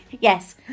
Yes